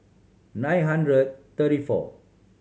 nine hundred thirty four